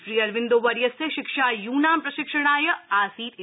श्री अरन्विन्दो वर्यस्य शिक्षा यूनां प्रशिक्षणाय आसीत् इति